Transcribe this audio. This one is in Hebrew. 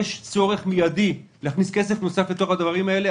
יש צורך מיידי להכניס כסף נוסף לדברים האלה.